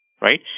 right